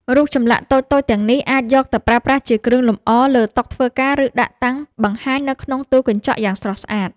រូបចម្លាក់តូចៗទាំងនេះអាចយកទៅប្រើប្រាស់ជាគ្រឿងលម្អលើតុធ្វើការ ឬ ដាក់តាំងបង្ហាញនៅក្នុងទូកញ្ចក់យ៉ាងស្រស់ស្អាត។